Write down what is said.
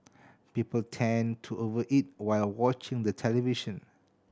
people tend to over eat while watching the television